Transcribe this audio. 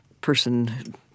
person